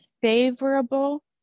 favorable